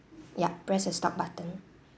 yup press the stop button